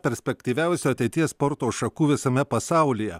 perspektyviausių ateities sporto šakų visame pasaulyje